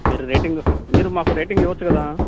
మీరు రేటింగ్ మీరు మాకు రేటింగ్ ఇవ్వొచ్చు కదా